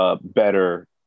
better